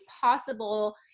possible